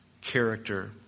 character